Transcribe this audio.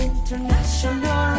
International